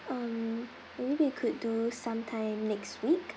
um maybe we could do sometime next week